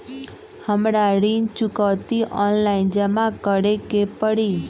हमरा ऋण चुकौती ऑनलाइन जमा करे के परी?